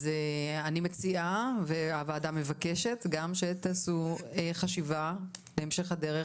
אז הוועדה מציעה ומבקשת שתעשו בהמשך הדרך